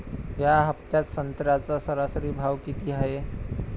या हफ्त्यात संत्र्याचा सरासरी भाव किती हाये?